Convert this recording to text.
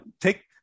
take